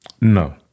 No